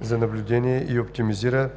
за наблюдение, и оптимизира